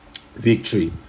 victory